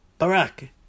Barack